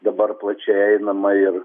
dabar plačiai einama ir